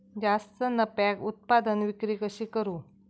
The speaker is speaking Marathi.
जास्त नफ्याक उत्पादन विक्री कशी करू?